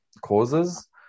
causes